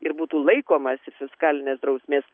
ir būtų laikomasi fiskalinės drausmės